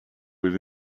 with